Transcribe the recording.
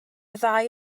ddau